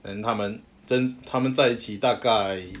then 他们 then 他们在一起大概